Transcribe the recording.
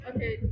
Okay